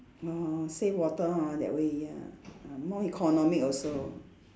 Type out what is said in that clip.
orh save water ha that way ya uh more economic also